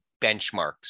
benchmarks